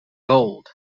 gold